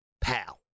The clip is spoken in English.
Pal